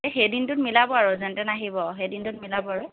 সেই দিনটোত মিলাব আৰু যেন তেন আহিব সেই দিনটোত মিলাব আৰু